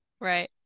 right